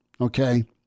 okay